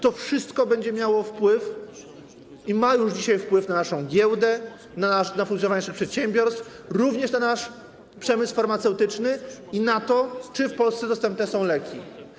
To wszystko będzie miało wpływ, i ma już dzisiaj wpływ, na naszą giełdę, na funkcjonowanie naszych przedsiębiorstw, również na nasz przemysł farmaceutyczny i na to, czy w Polsce są dostępne leki.